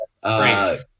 Frank